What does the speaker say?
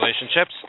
relationships